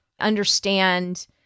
understand